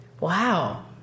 wow